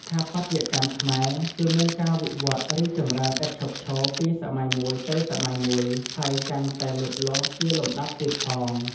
ស្ថាបត្យកម្មខ្មែរ គឺ មានការវិវត្តរីកចម្រើន ឥតឈប់ឈរ ពី សម័យមួយទៅសម័យមួយ ហើយកាន់តែលូតលាស់ជាលំដាប់ទៀតផង ។